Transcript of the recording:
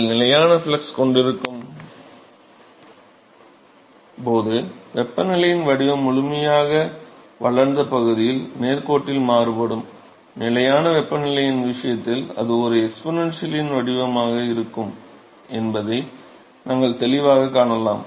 நீங்கள் நிலையான ஃப்ளக்ஸ் கொண்டிருக்கும் போது வெப்பநிலையின் வடிவம் முழுமையாக வளர்ந்த பகுதியில் நேர்கோட்டில் மாறுபடும் நிலையான வெப்பநிலையின் விஷயத்தில் அது ஒரு எக்ஸ்பொனென்ஷியலின் வடிவமாக இருக்கும் என்பதை நாங்கள் தெளிவாகக் காணலாம்